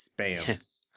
spam